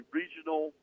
regional